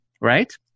right